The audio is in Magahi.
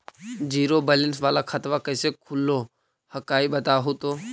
जीरो बैलेंस वाला खतवा कैसे खुलो हकाई बताहो तो?